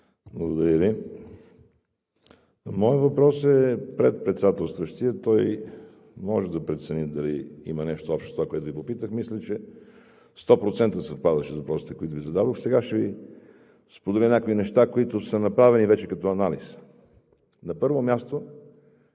Председател. Моят въпрос е пред председателстващия. Той може да прецени дали има нещо общо с това, което Ви попитах. Мисля, че 100% съвпадаше с въпросите, които Ви зададох. Сега ще Ви споделя някои неща, които вече са направени като анализ. На първо място,